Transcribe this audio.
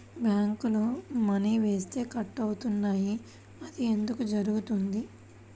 బ్యాంక్లో మని వేస్తే కట్ అవుతున్నాయి అది ఎందుకు జరుగుతోంది?